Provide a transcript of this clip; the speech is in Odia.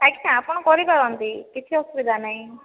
ଆଜ୍ଞା ଆପଣ କରିପାରନ୍ତି କିଛି ଅସୁବିଧା ନାହିଁ